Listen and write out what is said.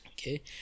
Okay